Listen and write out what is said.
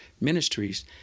ministries